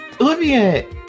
Olivia